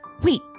Wait